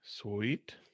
Sweet